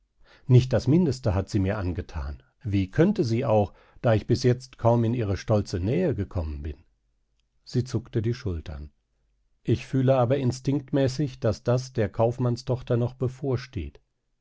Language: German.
nicht das mindeste hat sie mir angethan wie könnte sie auch da ich bis jetzt kaum in ihre stolze nähe gekommen bin sie zuckte die schultern ich fühle aber instinktmäßig daß das der kaufmannstochter noch bevorsteht